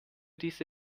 diese